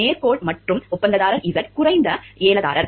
மேற்கோள் மற்றும் ஒப்பந்ததாரர் Z குறைந்த ஏலதாரர்